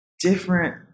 different